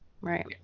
Right